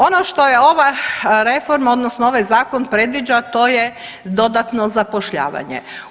Ono što ova reforma odnosno ovaj zakon predviđa to je dodatno zapošljavanje.